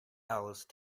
alice